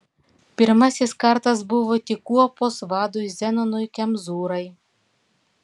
pirmasis kartas buvo tik kuopos vadui zenonui kemzūrai